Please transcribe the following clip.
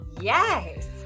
Yes